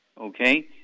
okay